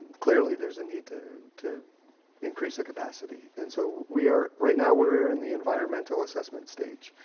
clearly there's a need to to increase the capacity. and so we are right now, we're in the environmental assessment stage.